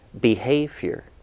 behavior